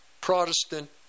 Protestant